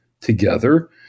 together